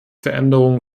veränderungen